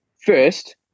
first